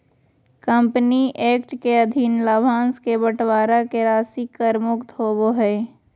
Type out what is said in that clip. company act के अधीन लाभांश के बंटवारा के राशि कर मुक्त होबो हइ